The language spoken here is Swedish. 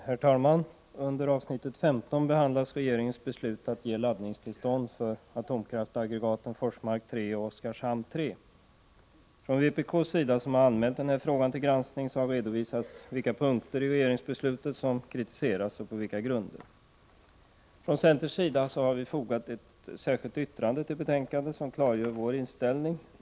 Herr talman! Under avsnitt 15 behandlas regeringens beslut att ge förer laddningstillstånd för atomkraftaggregaten Forsmark 3 och Oskarshamn 3. Vpk, som anmält denna fråga, har redovisat vilka punkter i regeringsbeslutet som kritiseras och på vilka grunder det sker. Från centerns sida har vi till betänkandet fogat ett särskilt yttrande som klargör vår inställning.